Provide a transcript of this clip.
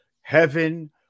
heaven